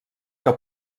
que